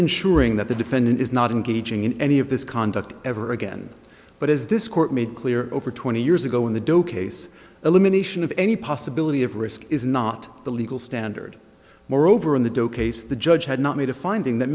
ensuring that the defendant is not engaging in any of this conduct ever again but as this court made clear over twenty years ago in the da case elimination of any possibility of risk is not the legal standard moreover in the da case the judge had not made a finding that